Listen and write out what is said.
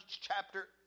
chapter